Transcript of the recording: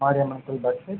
மாரியம்மன் கோவில் back side